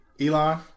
Elon